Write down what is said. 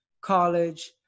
college